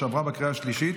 עברה בקריאה השלישית,